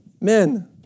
men